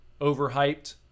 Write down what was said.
overhyped